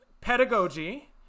pedagogy